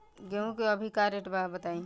गेहूं के अभी का रेट बा बताई?